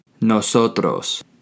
Nosotros